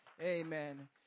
amen